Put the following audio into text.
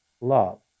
love